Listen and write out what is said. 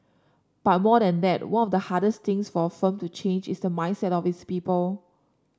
but more than that one of the hardest things for a firm to change is the mindset of its people